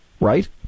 Right